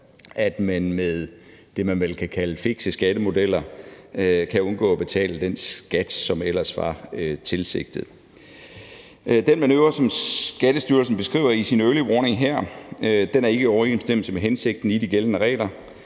at man med det, man vel kan kalde fikse skattemodeller, kan undgå at betale den skat, som ellers var tilsigtet. Den manøvre, som Skattestyrelsen beskriver i sin early warning her, er ikke i overensstemmelse med hensigten i de gældende regler.